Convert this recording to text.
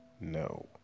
no